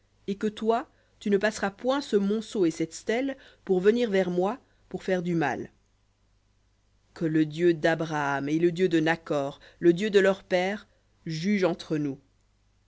et que toi tu ne passeras point ce monceau et cette stèle vers moi pour du mal que le dieu d'abraham et le dieu de nakhor le dieu de leur père juge entre nous